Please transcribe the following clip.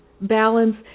balance